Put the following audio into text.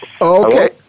Okay